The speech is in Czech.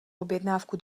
objednávku